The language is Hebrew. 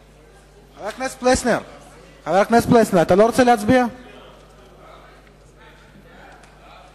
ההצעה להעביר את הצעת חוק הגנת זהות סוכן מודיעין,